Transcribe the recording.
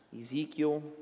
Ezekiel